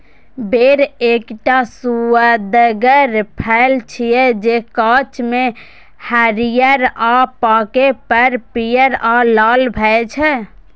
बेर एकटा सुअदगर फल छियै, जे कांच मे हरियर आ पाके पर पीयर आ लाल भए जाइ छै